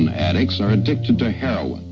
addicts are addicted to heroin.